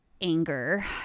anger